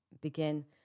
begin